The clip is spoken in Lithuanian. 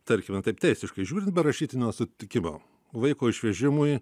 tarkime taip teisiškai žiūrint be rašytinio sutikimo vaiko išvežimui